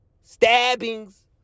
Stabbings